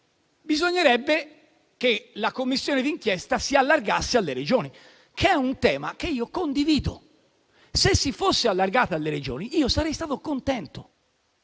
bisognerebbe che la Commissione d'inchiesta si allargasse alle Regioni, che è un tema che condivido. Se si fosse allargata alle Regioni, sarei stato contento.